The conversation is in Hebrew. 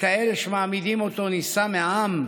ככאלה שמעמידים אותו נישא מעם.